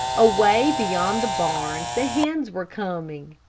away beyond the barns the hens were coming.